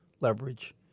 leverage